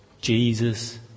Jesus